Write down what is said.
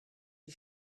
les